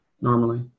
normally